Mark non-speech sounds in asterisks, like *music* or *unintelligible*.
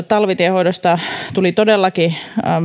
*unintelligible* talvitienhoidosta tuli todellakin